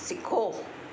सिखो